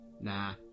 Nah